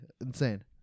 insane